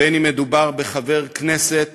בין שמדובר בחבר כנסת,